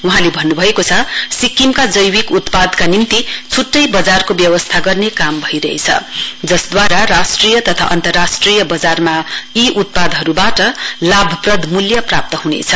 वहाँले भन्नुभएको छ सिक्किमका जैविक उत्पादका निम्ति छुट्टै बजारको व्यवस्था गर्ने काम भइरहेछ जसदूवारा राष्ट्रिय तथा अन्तर्राष्ट्रिय बजारमा यी उत्पादहरुवाट लाभप्रद मूल्य प्राप्त हुनेछ